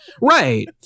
Right